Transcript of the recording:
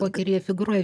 pokeryje figūruoja